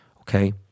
okay